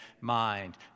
mind